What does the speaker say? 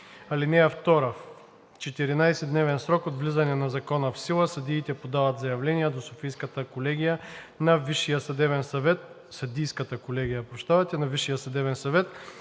(2) В 14-дневен срок от влизане на закона в сила съдиите подават заявление до Съдийската колегия на Висшия съдебен съвет